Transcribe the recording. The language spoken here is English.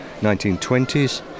1920s